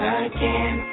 again